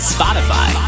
Spotify